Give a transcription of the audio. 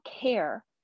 care